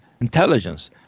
intelligence